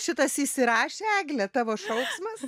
šitas įsirašė egle tavo šauksmas